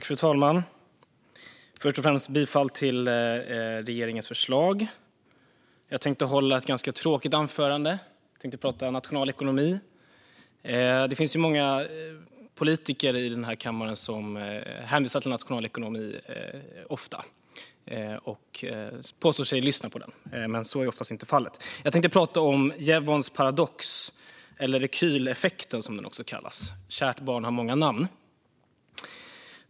Fru talman! Först och främst yrkar jag bifall till regeringens förslag. Jag tänkte hålla ett ganska tråkigt anförande; jag tänkte prata om nationalekonomi. Det finns många politiker i den här kammaren som ofta hänvisar till nationalekonomer och påstår sig lyssna på dem, men så är oftast inte fallet. Jag tänkte prata om Jevons paradox, eller "rekyleffekten" som den också kallas - kärt barn har många namn.